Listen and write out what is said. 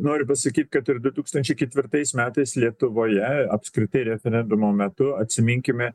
noriu pasakyt kad ir du tūkstančiai ketvirtais metais lietuvoje apskritai referendumo metu atsiminkime